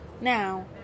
Now